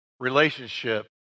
relationship